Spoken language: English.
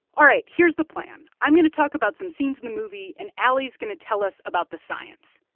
all right. here's the plan. i'm going to talk about some scenes in the movie, and ali's going to tell us about the science.